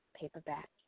paperback